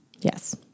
yes